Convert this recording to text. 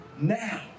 now